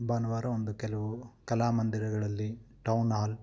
ಭಾನುವಾರ ಒಂದು ಕೆಲವು ಕಲಾಮಂದಿರಗಳಲ್ಲಿ ಟೌನ್ ಹಾಲ್